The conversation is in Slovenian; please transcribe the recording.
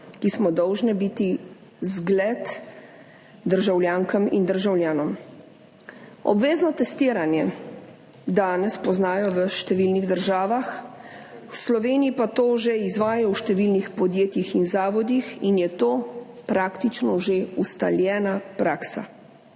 ki smo dolžne biti zgled državljankam in državljanom. Obvezno testiranje danes poznajo v številnih državah, v Sloveniji pa to že izvajajo v številnih podjetjih in zavodih in je to praktično že ustaljena praksa.